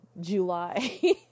July